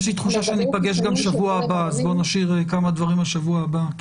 יש לי תחושה שניפגש גם בשבוע הבא אז בואו נשאיר כמה דברים גם לשבוע הבא.